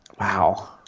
Wow